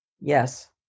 Yes